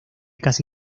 casi